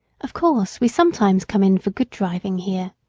of course we sometimes came in for good driving here.